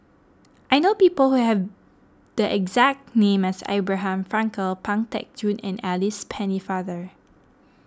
I know people who have the exact name as Abraham Frankel Pang Teck Joon and Alice Pennefather